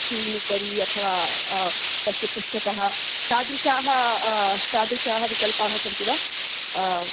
screen उपरि अथवा तस्य पृष्ठतः तादृशाः तादृशाः विकल्पाः सन्ति वा